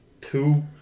two